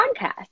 podcast